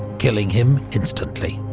killing him instantly.